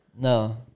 No